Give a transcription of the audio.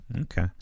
Okay